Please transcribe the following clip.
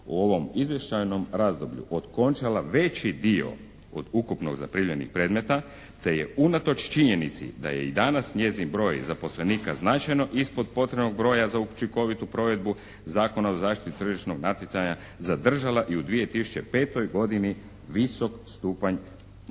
u ovom izvještajnom razdoblju otkončala veći dio od ukupno zaprimljenih predmeta te je unatoč činjenici da je i danas njezin broj zaposlenika značajno ispod potrebnog broja za učinkovitu provedbu Zakona o zaštiti tržišnog natjecanja zadržala i u 2005. godini visok stupanj